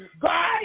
God